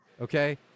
Okay